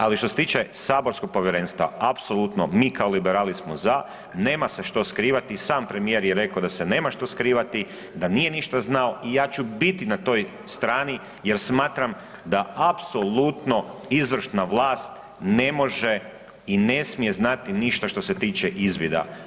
Ali što se tiče saborskog povjerenstva apsolutno mi kao liberali smo za, nema se što skrivali i sam premijer je rekao da se nema što skrivati, da nije ništa znao i ja ću biti na toj strani jel smatram da apsolutno izvršna vlast ne može i ne smije znati ništa što se tiče izvida.